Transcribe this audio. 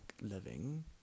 living